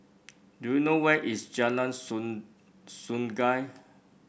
do you know where is Jalan Sungei